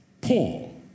Paul